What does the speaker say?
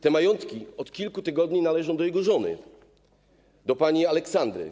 Te majątki od kilku tygodni należą do jego żony, do pani Aleksandry.